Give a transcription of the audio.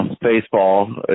baseball